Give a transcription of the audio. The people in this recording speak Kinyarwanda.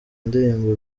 ndirimbo